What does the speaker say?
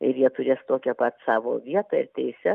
ir jie turės tokią pat savo vietą ir teisę